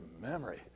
memory